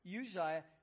Uzziah